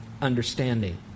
understanding